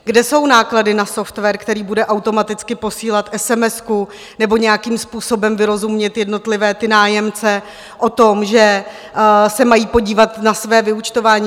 Kde jsou náklady na software, který bude automaticky posílat esemesku nebo nějakým způsobem vyrozumí jednotlivé nájemce o tom, že se mají podívat na své vyúčtování?